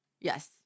Yes